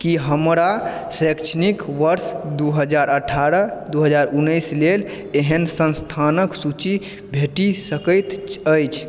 की हमरा शैक्षणिक वर्ष दू हजार अठारह दू हजार उनैस लेल एहन संस्थानके सूची भेट सकै अछि